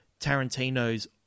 Tarantino's